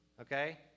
okay